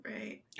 Right